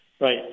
right